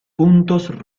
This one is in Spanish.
puntos